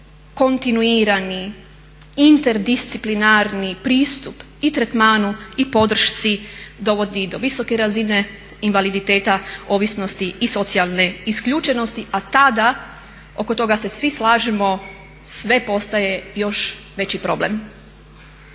kontinuirani, interdisciplinarni pristup i tretmanu i podršci, dovodi do visoke razine invaliditeta ovisnosti i socijalne isključenosti a tada, oko toga se svi slažemo sve postaje još veći problem.